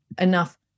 enough